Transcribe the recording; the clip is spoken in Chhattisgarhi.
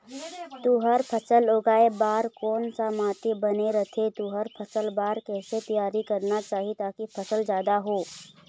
तुंहर फसल उगाए बार कोन सा माटी बने रथे तुंहर फसल बार कैसे तियारी करना चाही ताकि फसल जादा हो?